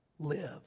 live